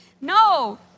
No